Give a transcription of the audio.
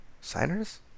Signers